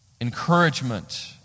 encouragement